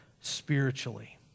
spiritually